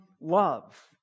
love